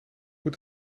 moet